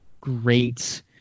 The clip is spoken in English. great